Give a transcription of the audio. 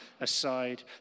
aside